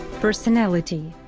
personality.